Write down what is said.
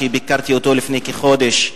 וביקרתי בו לפני כחודש.